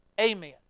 Amen